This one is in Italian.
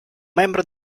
membro